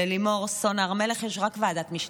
ללימור סון הר מלך יש רק ועדת משנה.